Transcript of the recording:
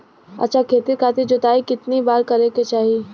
अच्छा खेती खातिर जोताई कितना बार करे के चाही?